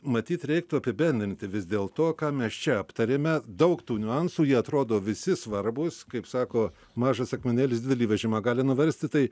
matyt reiktų apibendrinti vis dėl to ką mes čia aptarėme daug tų niuansų jie atrodo visi svarbūs kaip sako mažas akmenėlis didelį vežimą gali nuversti tai